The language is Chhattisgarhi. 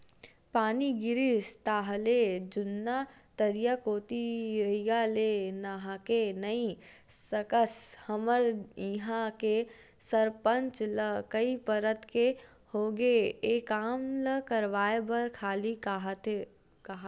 पानी गिरिस ताहले जुन्ना तरिया कोती रद्दा ले नाहके नइ सकस हमर इहां के सरपंच ल कई परत के होगे ए काम ल करवाय बर खाली काहत